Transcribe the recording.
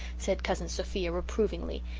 said cousin sophia reprovingly.